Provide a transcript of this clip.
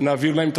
בשבילי זה,